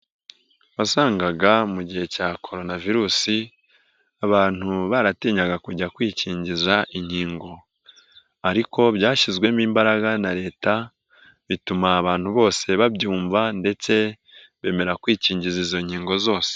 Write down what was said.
Wasangaga mu gihe cya corona virusi abantu baratinyaga kujya kwikingiza inkingo, ariko byashyizwemo imbaraga na leta bituma abantu bose babyumva ndetse bemera kwikingiza izo nkingo zose.